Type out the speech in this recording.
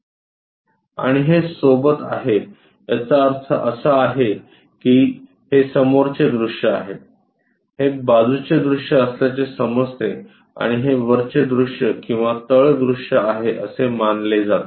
आणि हे सोबत आहे याचा अर्थ असा आहे की हे समोरचे दृश्य आहे हे बाजूचे दृश्य असल्याचे समजते आणि हे वरचे दृश्य किंवा तळ दृश्य आहे असे मानले जाते